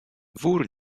wór